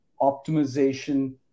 optimization